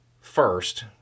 first